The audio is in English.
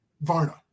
Varna